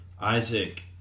Isaac